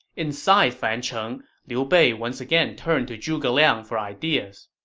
inside fancheng, liu bei once again turned to zhuge liang for ideas